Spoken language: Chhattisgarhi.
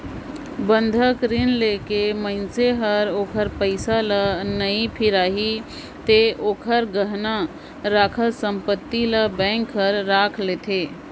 बंधक रीन लेके मइनसे हर ओखर पइसा ल नइ फिराही ते ओखर गहना राखल संपति ल बेंक हर राख लेथें